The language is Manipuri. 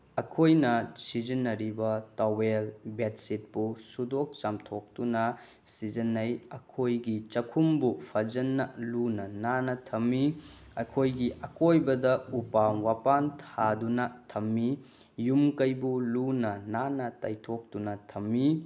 ꯑꯩꯈꯣꯏꯅ ꯁꯤꯖꯤꯟꯅꯔꯤꯕ ꯇꯥꯋꯦꯜ ꯕꯦꯠꯁꯤꯠꯄꯨ ꯁꯨꯗꯣꯛ ꯆꯥꯝꯊꯣꯛꯇꯨꯅ ꯁꯤꯖꯤꯟꯅꯩ ꯑꯩꯈꯣꯏꯒꯤ ꯆꯥꯛꯈꯨꯝꯕꯨ ꯐꯖꯅ ꯂꯨꯅ ꯅꯥꯟꯅ ꯊꯝꯃꯤ ꯑꯩꯈꯣꯏꯒꯤ ꯑꯀꯣꯏꯕꯗ ꯎꯄꯥꯜ ꯋꯄꯥꯜ ꯊꯥꯗꯨꯅ ꯊꯝꯃꯤ ꯌꯨꯝ ꯀꯩꯕꯨ ꯂꯨꯅ ꯅꯥꯟꯅ ꯇꯩꯊꯣꯛꯇꯨꯅ ꯊꯝꯃꯤ